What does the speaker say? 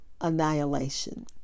annihilation